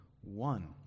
one